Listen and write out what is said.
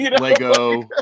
Lego